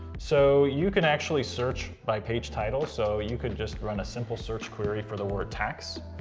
so, you can actually search by page title. so you could just run a simple search query for the word tax.